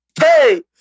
Hey